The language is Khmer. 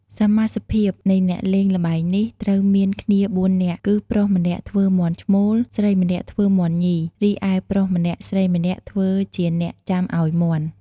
សមាសភាពនៃអ្នកលេងល្បែងនេះត្រូវមានគ្នាបួននាក់ គឺប្រុសម្នាក់ធ្វើមាន់ឈ្មោល ស្រីម្នាក់ធ្វើមាន់ញី រីឯប្រុសម្នាក់ស្រីម្នាក់ធ្វើជាអ្នកចាំឲ្យមាន់ ។